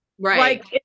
right